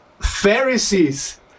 pharisees